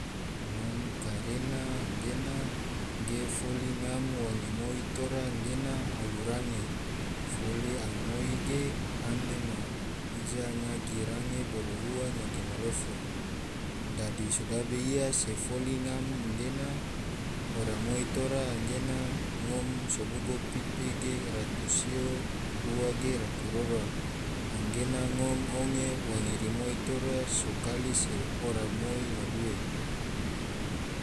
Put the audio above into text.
Ngom kare na nggena ge foli ngam wange moi tora nggena alu range foli almoi ge ena ma ija nyagi range bolo ua nyage malofo dadi sodabe ia so foli ngam nggena ora moi tora anggena ngom sobugo pipi ge ratu sio ua ge ratu rora anggena ngom honge wange rimoi tora so kali se ora moi ma due.